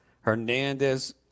Hernandez